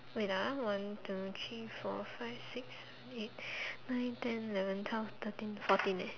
wait ah one two three four five six eight nine ten eleven twelve thirteen fourteen eh